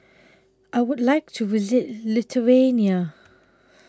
I Would like to visit Lithuania